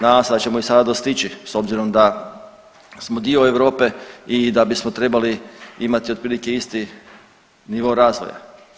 Nadamo se da ćemo ih sada dostići s obzirom da smo dio Europe i da bismo trebali imati otprilike isti nivo razvoja.